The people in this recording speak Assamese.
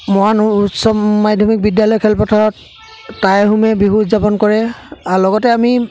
মৰাণ উচ্চ মাধ্যমিক বিদ্যালয় খেলপথাৰত টাই আহোমে বিহু উদযাপন কৰে আৰু লগতে আমি